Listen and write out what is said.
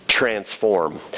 Transform